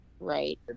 right